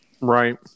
Right